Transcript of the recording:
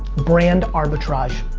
brand arbitrage.